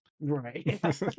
Right